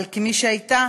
אבל כמי שהייתה